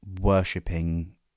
worshipping